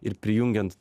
ir prijungiant